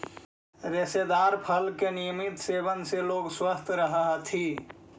रेशेदार फल के नियमित सेवन से लोग स्वस्थ रहऽ हथी